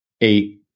eight